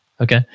Okay